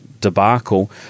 debacle